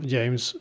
James